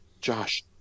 Josh